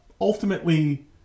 ultimately